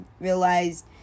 realized